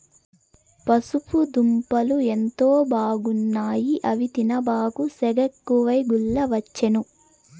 పసుపు దుంపలు ఎంతో బాగున్నాయి అని తినబాకు, సెగెక్కువై గుల్లవచ్చేను